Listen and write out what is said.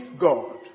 God